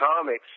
comics